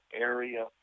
area